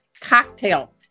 Cocktail